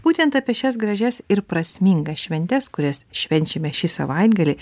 būtent apie šias gražias ir prasmingas šventes kurias švenčiame šį savaitgalį